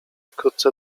wkrótce